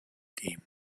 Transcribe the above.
game